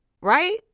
right